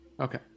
Okay